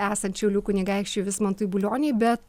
esant šiaulių kunigaikščiui vismantui bulioniui bet